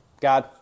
God